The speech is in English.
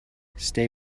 stay